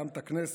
גם את הכנסת,